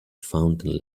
fountain